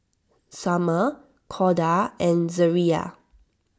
Sommer Corda and Zariah